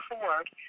Ford